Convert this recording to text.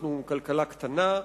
אנחנו כלכלה קטנה,